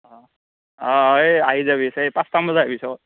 অঁ অঁ অঁ এই আহি যাবি সেই পাঁচটা মান বাজাত আহিবি চকত